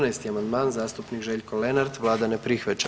14. amandman, zastupnik Željko Lenart, Vlada ne prihvaća.